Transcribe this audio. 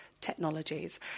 technologies